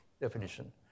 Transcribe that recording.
definition